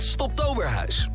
Stoptoberhuis